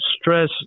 stress